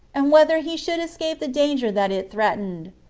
and whether he should escape the danger that it threatened.